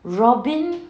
robyn